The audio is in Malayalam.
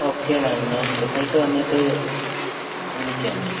ഓക്കെ മാം ഞാൻ റിസൾട്ട് വന്നിട്ട് വിളിക്കാം മാം